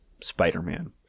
Spider-Man